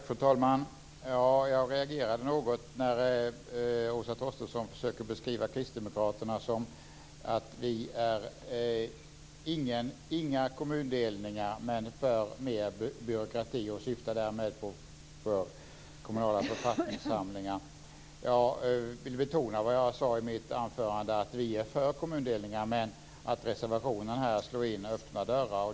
Fru talman! Jag reagerade något när Åsa Torstensson försökte beskriva kristdemokraterna som att vi är mot kommundelningar men för mer byråkrati - hon syftar då på kommunala författningssamlingar. Jag vill betona vad jag sade i mitt anförande, nämligen att vi är för kommundelningar men att reservationen slår in öppna dörrar.